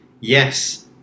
Yes